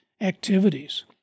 activities